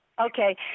Okay